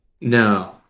No